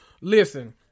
listen